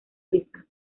suiza